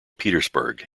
petersburg